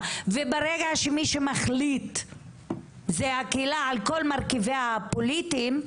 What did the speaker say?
וברגע שמי שמחליט זה הקהילה על כל מרכיביה הפוליטיים,